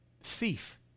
thief